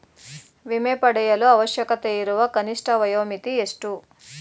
ವಿಮೆ ಪಡೆಯಲು ಅವಶ್ಯಕತೆಯಿರುವ ಕನಿಷ್ಠ ವಯೋಮಿತಿ ಎಷ್ಟು?